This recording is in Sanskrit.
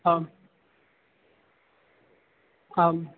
आम् आम्